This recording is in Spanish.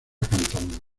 cantando